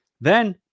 Then-